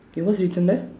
K what's written there